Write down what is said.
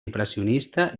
impressionista